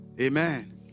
Amen